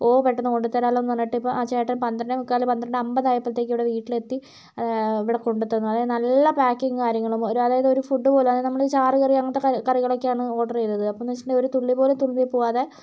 ഓ പെട്ടെന്ന് കൊണ്ട് തരാലോ എന്ന് പറഞ്ഞിട്ട് ആ ചേട്ടൻ പത്രണ്ടേ മുക്കാല് പത്രണ്ടേ അമ്പത് ആയപ്പോഴേക്കും ഇവിടെ വീട്ടിലെത്തി ഇവിടെ കൊണ്ടുതന്നു അതേപോലെ നല്ല പാക്കിംഗ് കാര്യങ്ങളും ആയിരുന്നു അതായത് ഒരു ഫുഡ് പോലും അതായത് നമ്മൾ ചാറുകറി കറികളൊക്കെയാണ് ഓർഡർ ചെയ്തത് അപ്പോൾ എന്ന് വച്ചിട്ടുണ്ടെങ്കിൽ ഒരു തുള്ളി പോലും തുളുമ്പി പോവാതെ